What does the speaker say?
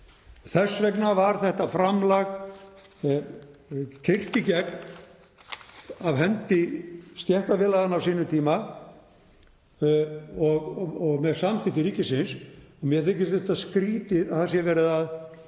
Þess vegna var þetta framlag keyrt í gegn af hendi stéttarfélaganna á sínum tíma og með samþykkt ríkisins. Mér þykir skrýtið að það sé verið að